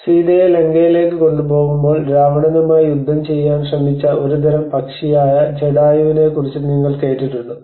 സീതയെ ലങ്കയിലേക്ക് കൊണ്ടുപോകുമ്പോൾ രാവണനുമായി യുദ്ധം ചെയ്യാൻ ശ്രമിച്ച ഒരുതരം പക്ഷിയായ ജടായുവിനെക്കുറിച്ച് നിങ്ങൾ കേട്ടിട്ടുണ്ടോ